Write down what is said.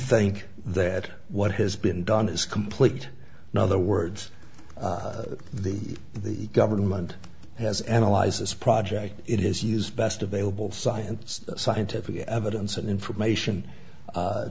think that what has been done is complete no other words the the government has analyzed this project it has used best available science scientific evidence and information